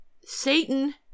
Satan